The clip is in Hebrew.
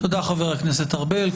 תודה, חבר הכנסת ארבל.